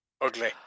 Ugly